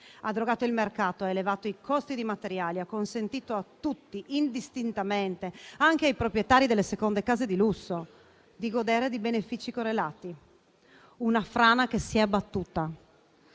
ha drogato il mercato, ha elevato i costi dei materiali, ha consentito a tutti indistintamente, anche ai proprietari delle seconde case di lusso, di godere di benefici correlati. Una frana che si è abbattuta.